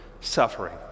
suffering